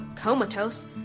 comatose